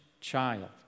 child